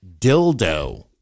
dildo